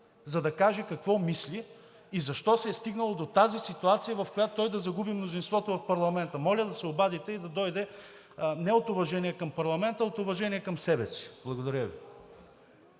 за да каже какво мисли и защо се е стигнало до тази ситуация, в която той да загуби мнозинството в парламента. Моля да се обадите и да дойде – не от уважение към парламента, а от уважение към себе си. Благодаря Ви.